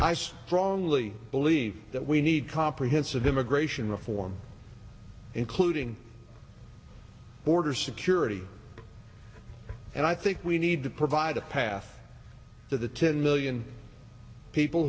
strongly believe that we need comprehensive immigration reform including border security and i think we need to provide a path to the ten million people